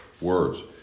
words